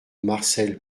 marcel